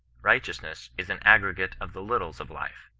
righteousness is an aggregate of the littles of life.